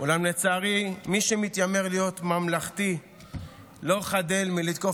אולם לצערי מי שמתיימר להיות ממלכתי לא חדל מלתקוף